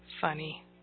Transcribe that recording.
Funny